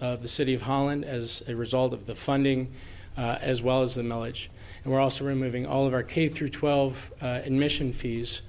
of the city of holland as a result of the funding as well as the knowledge and we're also removing all of our k through twelve in mission fees